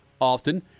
often